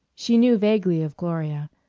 she knew vaguely of gloria.